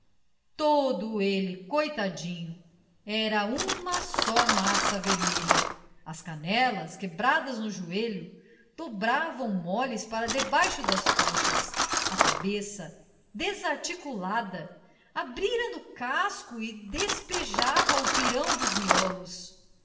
todo ele coitadinho era uma só massa vermelha as canelas quebradas no joelho dobravam moles para debaixo das coxas a cabeça desarticulada abrira no casco e despejava o pirão dos miolos